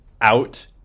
out